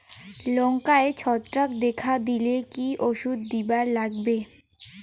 লঙ্কায় ছত্রাক দেখা দিলে কি ওষুধ দিবার লাগবে?